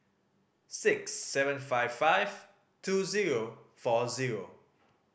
six seven five five two zero four zero